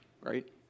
right